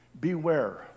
Beware